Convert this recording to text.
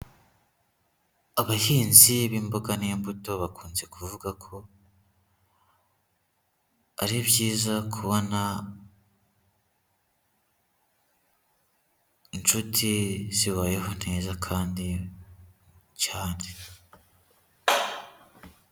Abahinzi b'imboga n'imbuto bakunze kuvuga ko ari byiza kubona inshuti zibayeho neza kandi cyane.